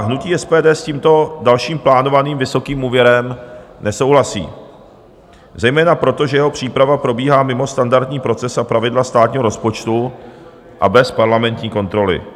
Hnutí SPD s tímto dalším plánovaným vysokým úvěrem nesouhlasí zejména proto, že jeho příprava probíhá mimo standardní proces, pravidla státního rozpočtu a bez parlamentní kontroly.